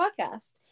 podcast